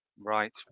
Right